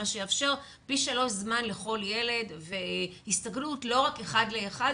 מה שיאפשר פי 3 זמן לכל ילד והסתגלות לא רק אחד לאחד,